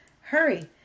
hurry